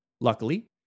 luckily